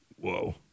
Whoa